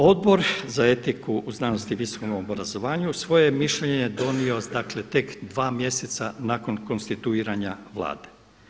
Odbor za etiku u znanosti i visokom obrazovanju svoje je mišljenje donio dakle tek 2 mjeseca nakon konstituiranja Vlade.